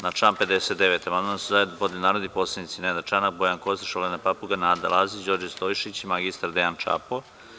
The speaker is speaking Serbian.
Na član 59. amandman su zajedno podneli narodni poslanici Nenad Čanak, Bojan Kostreš, Olena Papuga, Nada Lazić, Đorđe Stojšić, i mr Dejan Čapo.